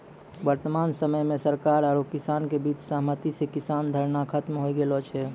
वर्तमान समय मॅ सरकार आरो किसान के बीच सहमति स किसान धरना खत्म होय गेलो छै